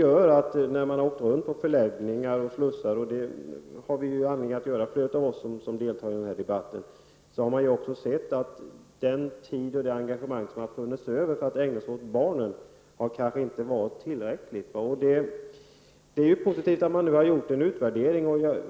Flera av oss som deltar i denna debatt har haft anledning att besöka förläggningar och slussar. Vi kunde då konstatera att den tid och det engagemang som har funnits över till att ägna sig åt barnen kanske inte har varit tillräckligt. Det är positivt att man nu har gjort en värdering.